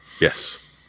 yes